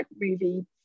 movie